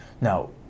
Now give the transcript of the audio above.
Now